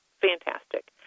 fantastic